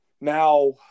Now